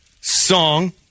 song